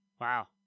Wow